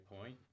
point